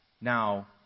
now